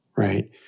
Right